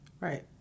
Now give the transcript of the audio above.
Right